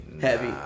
Heavy